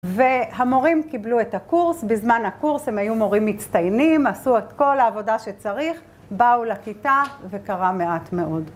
והמורים קיבלו את הקורס, בזמן הקורס הם היו מורים מצטיינים, עשו את כל העבודה שצריך, באו לכיתה וקרה מעט מאוד.